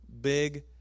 big